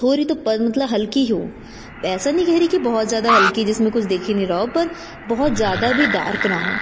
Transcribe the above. थोड़ी तो पंतला हल्की हो ऐसा नहीं कह रही कि बहुत ज़्यादा हल्की जिसमें कुछ दिख ही नहीं रहा हो पर बहुत ज़्यादा भी दार्क ना हो